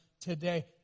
today